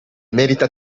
merita